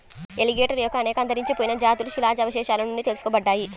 alligator యొక్క అనేక అంతరించిపోయిన జాతులు శిలాజ అవశేషాల నుండి తెలుసుకోబడ్డాయి